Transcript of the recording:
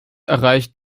erreicht